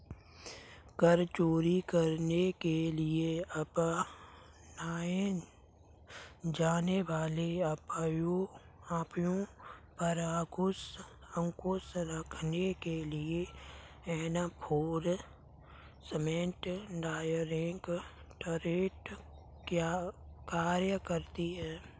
कर चोरी करने के लिए अपनाए जाने वाले उपायों पर अंकुश रखने के लिए एनफोर्समेंट डायरेक्टरेट कार्य करती है